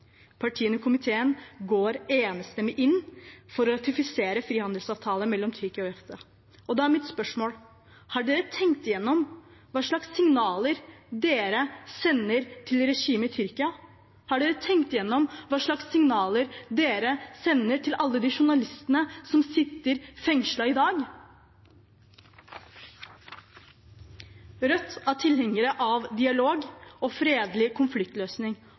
Partiene i komiteen går enstemmig inn for å ratifisere frihandelsavtalen mellom Tyrkia og EFTA. Da er mitt spørsmål: Har man tenkt igjennom hva slags signaler man sender til regimet i Tyrkia? Har man tenkt igjennom hva slags signaler man sender til alle de journalistene som sitter fengslet i dag? Rødt er tilhenger av dialog og fredelig konfliktløsning,